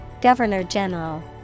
Governor-General